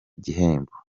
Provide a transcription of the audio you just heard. igihembo